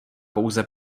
pouze